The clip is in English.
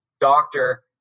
doctor